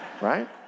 Right